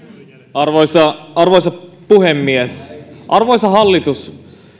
arvoisa arvoisa puhemies arvoisa hallitus